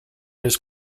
his